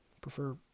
prefer